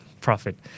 profit